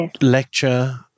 lecture